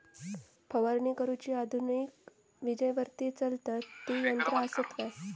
फवारणी करुची आधुनिक विजेवरती चलतत ती यंत्रा आसत काय?